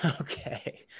Okay